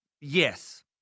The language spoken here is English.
Yes